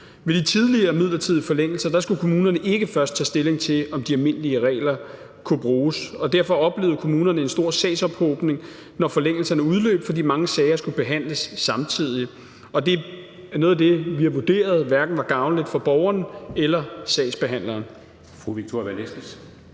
Ved de tidligere midlertidige forlængelser skulle kommunerne ikke først tage stilling til, om de almindelige regler kunne bruges, og derfor oplevede kommunerne en stor sagsophobning, når forlængelserne udløb, fordi mange sager skulle behandles samtidig. Og det er noget af det, vi har vurderet hverken var gavnligt for borgeren eller sagsbehandleren.